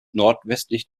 nordwestlich